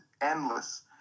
endless